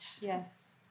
Yes